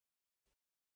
نمیاد